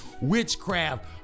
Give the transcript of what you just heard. witchcraft